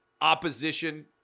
opposition